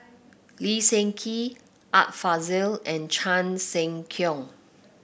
Lee Seng Gee Art Fazil and Chan Sek Keong